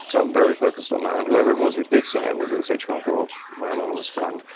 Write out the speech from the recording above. so i'm very focused on that. and whoever it was who did say it, whether it was hitchcock or my anonymous friend,